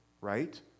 right